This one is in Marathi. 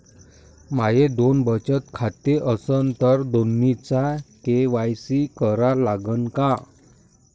माये दोन बचत खाते असन तर दोन्हीचा के.वाय.सी करा लागन का?